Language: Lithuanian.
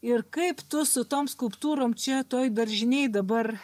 ir kaip tu su tom skulptūrom čia toj daržinėj dabar